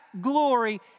glory